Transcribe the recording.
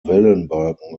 wellenbalken